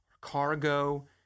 cargo